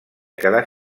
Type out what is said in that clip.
quedar